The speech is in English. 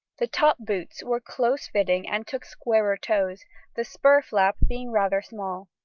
the top-boots were close fitting and took squarer toes the spur flap being rather small.